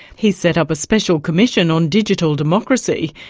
he's set up a special commission on digital democracy.